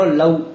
love